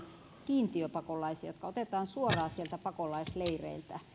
kiintiöpakolaisia jotka otetaan suoraan sieltä pakolaisleireiltä